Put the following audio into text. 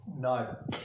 No